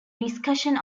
discussion